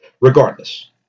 regardless